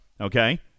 okay